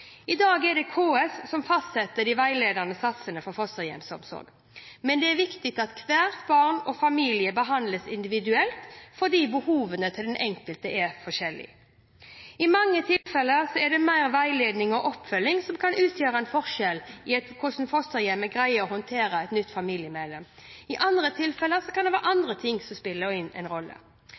I dag er det KS som fastsetter de veiledende satsene for fosterhjemsomsorg. Men det er viktig at hvert barn og hver familie behandles individuelt, fordi behovene til de enkelte er forskjellige. I mange tilfeller er det mer veiledning og oppfølging som kan utgjøre en forskjell i hvordan fosterhjemmet greier å håndtere et nytt familiemedlem. I andre tilfeller kan det være andre ting som spiller inn.